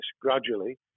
gradually